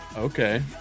Okay